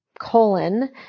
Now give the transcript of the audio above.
colon